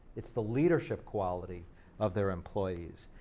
it's the leadership quality of their employees,